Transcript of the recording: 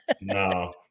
No